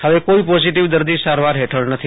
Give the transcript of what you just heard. હવે કોઈ પોઝીટીવ દર્દી સારવાર હેઠળ નથી